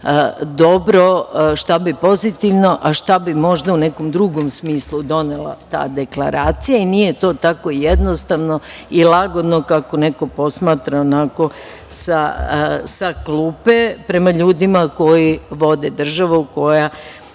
dobro šta bi pozitivno, a šta bi možda u nekom drugom smislu donela ta deklaracija i nije to tako jednostavno i lagodno kako neko posmatra onako sa klupe prema ljudima koji vode državu koja